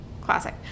Classic